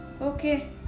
okay